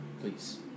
Please